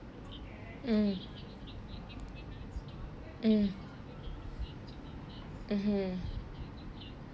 mm mm mmhmm